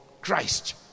Christ